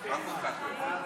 אף אחד לא יפריע.